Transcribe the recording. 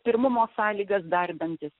pirmumo sąlygas darbantis